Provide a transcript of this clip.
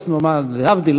להבדיל,